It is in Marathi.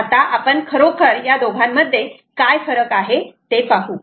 आता आपण खरोखर काय फरक आहे ते पाहू